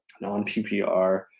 Non-PPR